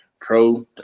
pro